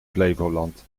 flevoland